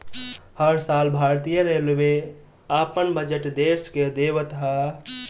हर साल भारतीय रेलवे अपन बजट देस के देवत हअ